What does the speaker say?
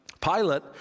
Pilate